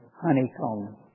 honeycomb